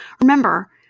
remember